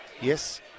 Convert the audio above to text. Yes